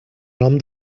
nom